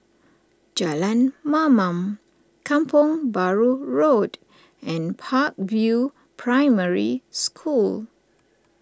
Jalan Mamam Kampong Bahru Road and Park View Primary School